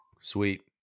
Sweet